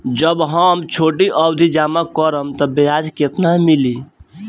जब हम छोटी अवधि जमा करम त ब्याज केतना मिली?